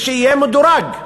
ושיהיה מדורג,